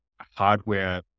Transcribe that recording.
hardware